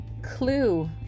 Clue